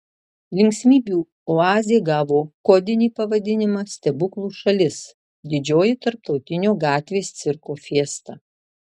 linksmybių oazė gavo kodinį pavadinimą stebuklų šalis didžioji tarptautinio gatvės cirko fiesta